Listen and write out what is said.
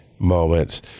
moments